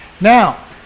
Now